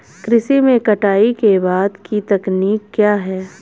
कृषि में कटाई के बाद की तकनीक क्या है?